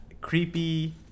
creepy